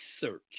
search